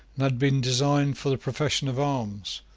and had been designed for the profession of arms,